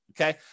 Okay